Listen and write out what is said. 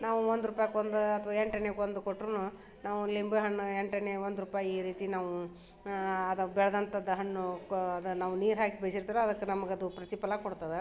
ನಾವು ಒಂದು ರೂಪಾಯ್ಗ್ ಒಂದು ಅಥ್ವಾ ಎಂಟಾಣಿಗೆ ಒಂದು ಕೊಟ್ರೂ ನಮ್ಗೆ ಲಿಂಬೆ ಹಣ್ಣು ಎಂಟಾಣಿ ಒಂದು ರೂಪಾಯಿ ಈ ರೀತಿ ನಾವು ಅದು ಬೆಳ್ದಂಥದ್ದು ಹಣ್ಣು ಗ್ ಅದು ನಾವು ನೀರು ಹಾಕಿ ಬೆಳ್ಸಿರ್ತೀವಿ ಅದ್ಕೆ ನಮ್ಗೆ ಅದು ಪ್ರತಿಫಲ ಕೊಡ್ತದೆ